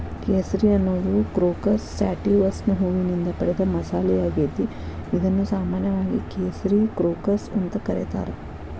ಕೇಸರಿ ಅನ್ನೋದು ಕ್ರೋಕಸ್ ಸ್ಯಾಟಿವಸ್ನ ಹೂವಿನಿಂದ ಪಡೆದ ಮಸಾಲಿಯಾಗೇತಿ, ಇದನ್ನು ಸಾಮಾನ್ಯವಾಗಿ ಕೇಸರಿ ಕ್ರೋಕಸ್ ಅಂತ ಕರೇತಾರ